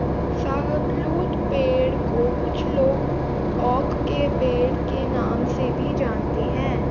शाहबलूत पेड़ को कुछ लोग ओक के पेड़ के नाम से भी जानते है